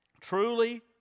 Truly